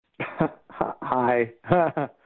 hi